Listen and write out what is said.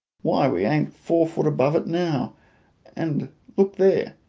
why, we ain't four foot above it now and look there!